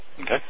Okay